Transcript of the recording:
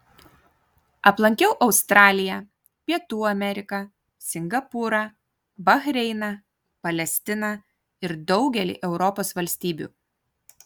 aplankiau australiją pietų ameriką singapūrą bahreiną palestiną ir daugelį europos valstybių